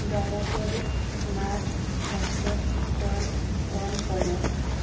ଦୟାକରି smart socket turn on କର